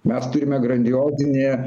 mes turime grandiozinį